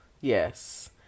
yes